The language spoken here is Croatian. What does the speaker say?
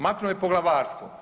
Maknuo je poglavarstvo.